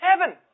heaven